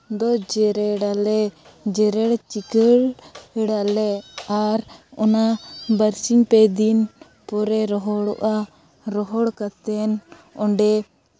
ᱡᱮᱨᱮᱲᱟᱞᱮ ᱡᱮᱨᱮᱲ ᱪᱤᱠᱟᱹᱲᱟᱞᱮ ᱟᱨ ᱚᱱᱟ ᱵᱟᱨᱥᱤᱧ ᱯᱮ ᱫᱤᱱ ᱯᱚᱨᱮ ᱨᱚᱦᱚᱲᱚᱜᱼᱟ ᱨᱚᱦᱚᱲ ᱠᱟᱛᱮᱫ ᱚᱸᱰᱮ